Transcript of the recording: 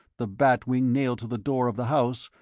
the bat wing nailed to the door of the house,